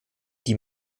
die